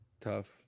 Tough